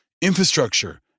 Infrastructure